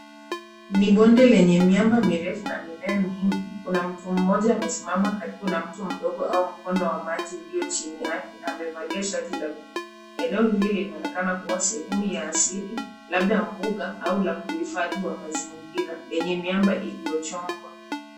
Ni bonde lenye miamba mirefu na migae mingi, kuna mtu mmoja amesimama karibu na mto mdogo au mkondo wa maji uliochini yake amevalia shati la buluu. Eneo hili linaonekana kuwa sehemu ya asili labda mbuga au la uhifadhi wa mazingira lenye miamba iliyochongwa.